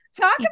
Talk